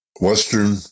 Western